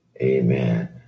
Amen